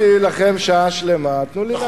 הקשבתי לכם שעה שלמה, תנו לי להשיב.